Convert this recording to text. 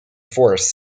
forrest